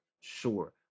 Sure